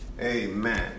Amen